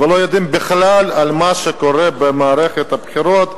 והם לא יודעים בכלל על מה שקורה במערכת הבחירות,